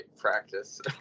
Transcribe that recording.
practice